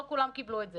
לא כולם קיבלו את זה.